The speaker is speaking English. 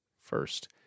first